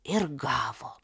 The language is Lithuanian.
ir gavo